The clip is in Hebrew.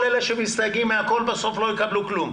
כל אלה שמסתייגים מהכול, בסוף לא יקבלו כלום.